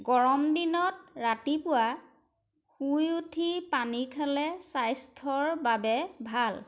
গৰম দিনত ৰাতিপুৱা শুই উঠি পানী খালে স্বাস্থ্যৰ বাবে ভাল